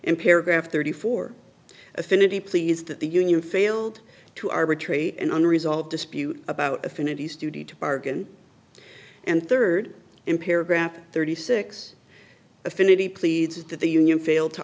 in paragraph thirty four affinity pleased that the union failed to arbitrate an unresolved dispute about affinities duty to bargain and third in paragraph thirty six affinity pleads that the union failed to